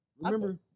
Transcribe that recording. Remember